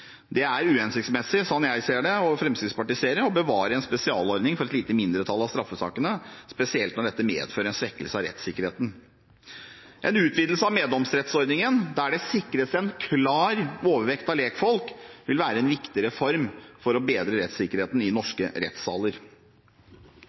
uhensiktsmessig, slik jeg og Fremskrittspartiet ser det, å bevare en spesialordning for et lite mindretall av straffesakene, spesielt når dette medfører en svekkelse av rettssikkerheten. En utvidelse av meddomsrettsordningen der det sikres en klar overvekt av lekfolk, vil være en viktig reform for å bedre rettssikkerheten i norske rettssaler.